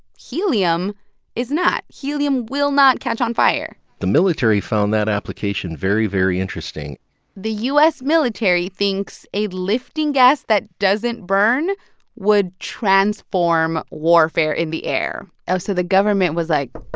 helium is not. helium will not catch on fire the military found that application very, very interesting the u s. military thinks a lifting gas that doesn't burn would transform warfare in the air. ah so the government was like,